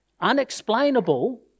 unexplainable